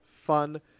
fun